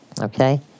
okay